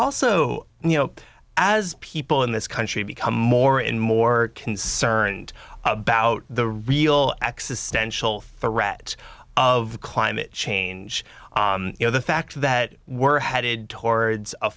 also you know as people in this country become more and more concerned about the real existential threat of climate change you know the fact that were headed towards